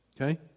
okay